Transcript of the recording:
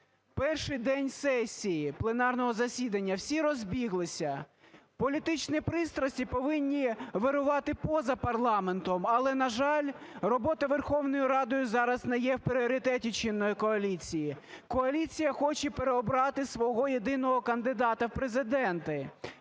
Перший день сесії пленарного засідання - всі розбіглися. Політичні пристрасті повинні вирувати поза парламентом, але, на жаль, робота Верховної Ради зараз не є в пріоритеті чинної коаліції, коаліція хоче переобрати свого єдиного кандидата в Президенти